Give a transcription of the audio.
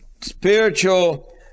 spiritual